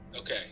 okay